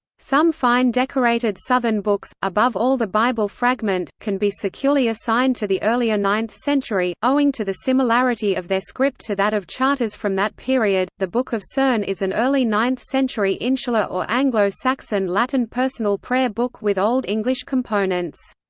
some fine decorated southern books, above all the bible fragment, can be securely assigned to the earlier ninth century, owing to the similarity of their script to that of charters from that period the book of cerne is an early ninth century insular or anglo-saxon latin personal prayer book with old english components.